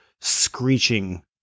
screeching